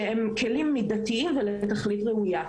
שהם כלים מידתיים לתכלית ראויה.